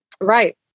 right